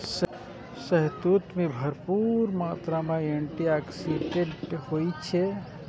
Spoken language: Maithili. शहतूत मे भरपूर मात्रा मे एंटी आक्सीडेंट होइ छै